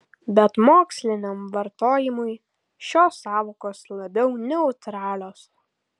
bet moksliniam vartojimui šios sąvokos labiau neutralios